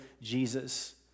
Jesus